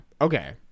okay